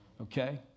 okay